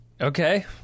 okay